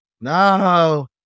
No